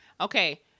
okay